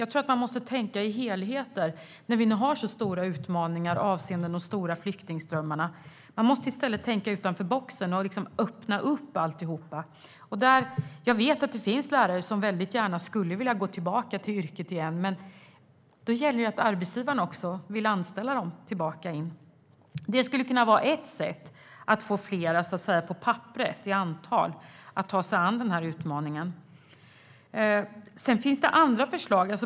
Jag tror att man måste tänka i helheter när vi nu har så stora utmaningar avseende de stora flyktingströmmarna. Man måste i stället tänka utanför boxen och öppna alltihop. Jag vet att det finns lärare som gärna skulle gå tillbaka till yrket igen, men då gäller det att arbetsgivarna också vill anställa dem igen. Det skulle kunna vara ett sätt att få ett större antal lärare att ta sig an den här utmaningen. Sedan finns det andra förslag.